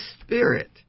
Spirit